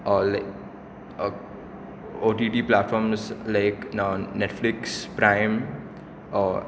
ओ T T प्लॅटफॉर्म्सांतले एक Netflix prime